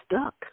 stuck